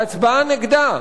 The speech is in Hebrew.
והצבעה נגדה,